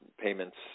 payments